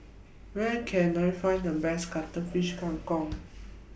Where Can I Find The Best Cuttlefish Kang Kong